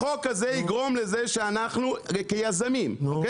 החוק הזה יגרום לזה שאנחנו כיזמים אוקיי